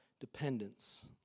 dependence